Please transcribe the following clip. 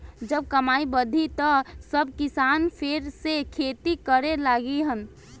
जब कमाई बढ़ी त सब किसान फेर से खेती करे लगिहन